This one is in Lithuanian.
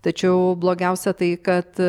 tačiau blogiausia tai kad